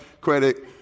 credit